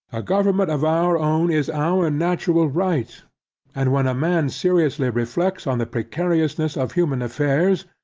a government of our own is our natural right and when a man seriously reflects on the precariousness of human affairs,